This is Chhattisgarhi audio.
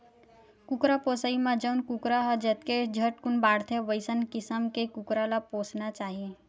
कुकरा पोसइ म जउन कुकरा ह जतके झटकुन बाड़थे वइसन किसम के कुकरा ल पोसना चाही